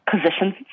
positions